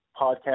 podcast